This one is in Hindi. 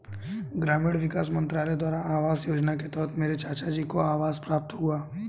ग्रामीण विकास मंत्रालय द्वारा आवास योजना के तहत मेरे चाचाजी को आवास प्राप्त हुआ